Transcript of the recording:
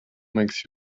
makes